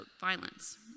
violence